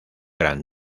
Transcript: gran